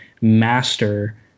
master